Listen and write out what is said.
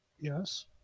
Yes